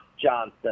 Johnson